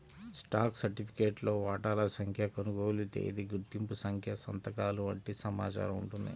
stock సర్టిఫికేట్లో వాటాల సంఖ్య, కొనుగోలు తేదీ, గుర్తింపు సంఖ్య సంతకాలు వంటి సమాచారం ఉంటుంది